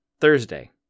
Thursday